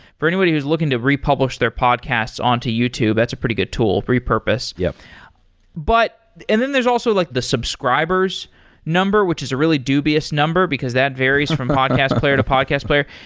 for anybody who's looking to republish their podcasts on to youtube, that's a pretty good tool. repurpose. yeah but and then there's also like the subscribers number, which is a really dubious number, because that varies from podcast player to podcast player.